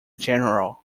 general